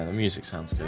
music sounds